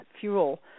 fuel